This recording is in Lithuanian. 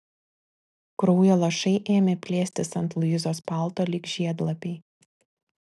kraujo lašai ėmė plėstis ant luizos palto lyg žiedlapiai